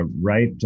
right